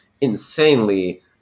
Insanely